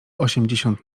osiemdziesiąt